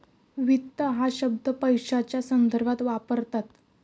वित्त हा शब्द पैशाच्या संदर्भात वापरतात